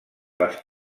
les